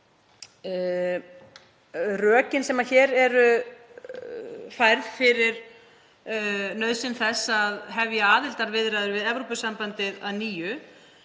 Rökunum, sem hér eru færð fyrir nauðsyn þess að hefja aðildarviðræður við Evrópusambandið að nýju,